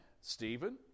Stephen